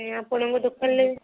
ଆପଣଙ୍କ ଦୋକାନରେ